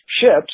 ships